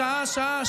שעה-שעה,